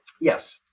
Yes